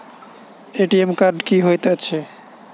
ATM card की हएत छै?